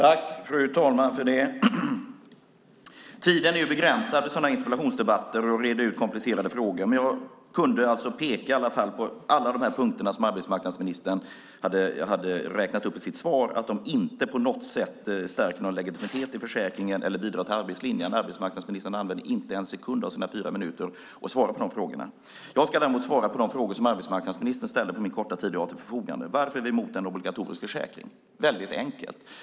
Fru talman! Tiden är för begränsad i interpellationsdebatter för att reda ut komplicerade frågor, men jag kunde i alla fall på alla de punkter som arbetsmarknadsministern hade räknat upp i sitt svar peka på att de inte på något sätt har stärkt någon legitimitet i försäkringen eller har bidragit till arbetslinjen. Arbetsmarknadsministern använde inte en sekund av sina fyra minuter till att svara på de frågorna. Jag ska däremot på den korta tid jag har till mitt förfogande svara på de frågor som arbetsmarknadsministern ställde. Varför är vi emot en obligatorisk försäkring? Det är väldigt enkelt.